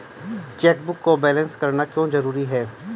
Chequebook को balance करना क्यों जरूरी है?